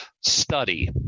study